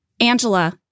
Angela